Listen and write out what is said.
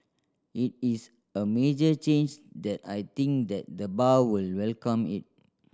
it is a major change that I think that the bar will welcome it